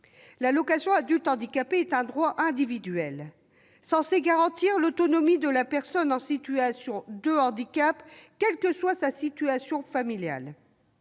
pas été adoptée. L'AAH est un droit individuel censé garantir l'autonomie de la personne en situation de handicap, quelle que soit sa situation familiale.